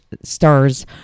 stars